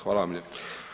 Hvala vam lijepa.